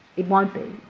it won't be.